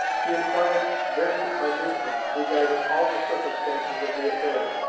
he inquired very minutely regarding all the circumstances of the affair,